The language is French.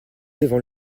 devant